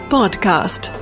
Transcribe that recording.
Podcast